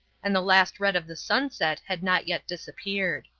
and the last red of the sunset had not yet disappeared.